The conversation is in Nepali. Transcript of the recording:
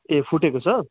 ए फुटेको छ